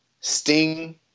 Sting